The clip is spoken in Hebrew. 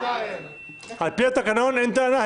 על-פי התקנון אין טענה.